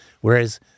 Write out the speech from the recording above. whereas